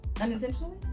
unintentionally